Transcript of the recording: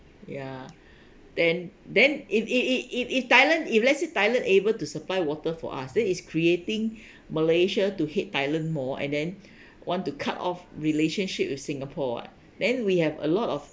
ya then then if if if if thailand if let's say thailand able to supply water for us that is creating malaysia to hate thailand more and then want to cut off relationship with singapore [what] then we have a lot of